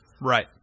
Right